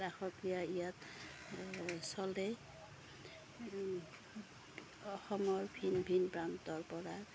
ৰাসক্ৰিয়া ইয়াত চলে অসমৰ ভিন ভিন প্ৰান্তৰপৰা